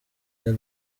year